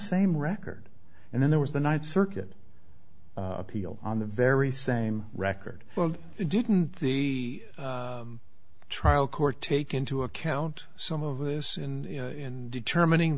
same record and then there was the ninth circuit appeal on the very same record but didn't the trial court take into account some of this in determining